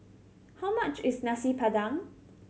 how much is Nasi Padang